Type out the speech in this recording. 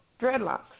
dreadlocks